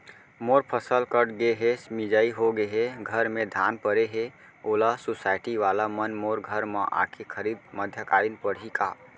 मोर फसल कट गे हे, मिंजाई हो गे हे, घर में धान परे हे, ओला सुसायटी वाला मन मोर घर म आके खरीद मध्यकालीन पड़ही का?